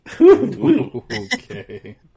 Okay